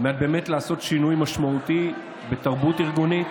על מנת באמת לעשות שינוי משמעותי בתרבות ארגונית